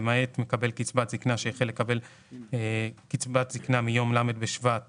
למעט מקבל קצבת זקנה שהחל לקבל קצבת זקנה מיום ל' בשבט